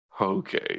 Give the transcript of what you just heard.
Okay